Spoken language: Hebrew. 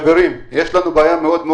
חברים, יש לנו בעיה רצינית מאוד.